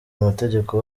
amategeko